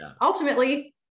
ultimately